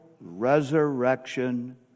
resurrection